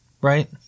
right